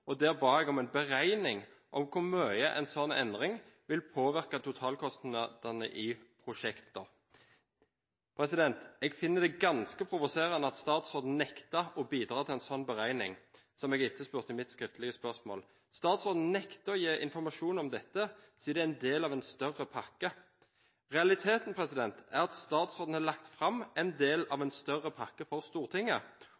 og der ba jeg om å få en beregning av hvor mye en slik endring vil påvirke totalkostnadene i prosjektene. Jeg finner det ganske provoserende at statsråden nektet å bidra til en slik beregning som jeg etterspurte i mitt skriftlige spørsmål. Statsråden nekter å gi informasjon om dette og sier det er en del av en større pakke. Realiteten er at statsråden har lagt fram en del av